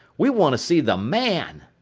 we want to see the man.